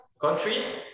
country